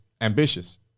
ambitious